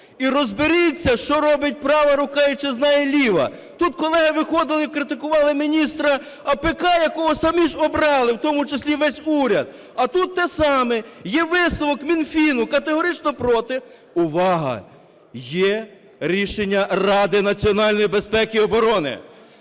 І розберіться, що робить права рука і чи знає ліва. Тут колеги виходили і критикували міністра АПК, якого самі ж обрали, в тому числі весь уряд. А тут те саме, є висновок Мінфіну – категорично проти, (увага!) є рішення Ради національної безпеки і оборони.